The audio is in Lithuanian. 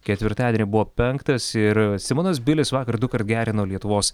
ketvirtadienį buvo penktas ir simonas bilis vakar dukart gerino lietuvos